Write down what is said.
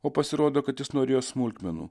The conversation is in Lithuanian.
o pasirodo kad jis norėjo smulkmenų